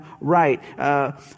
right